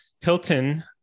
Hilton